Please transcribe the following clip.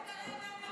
רגע, רגע, רגע.